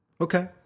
Okay